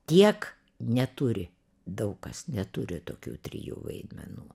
tiek neturi daug kas neturi tokių trijų vaidmenų